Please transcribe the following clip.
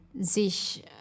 sich